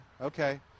Okay